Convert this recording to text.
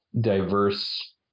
diverse